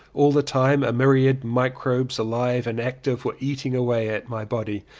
all the time a myriad microbes alive and active were eating away at my body,